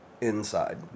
inside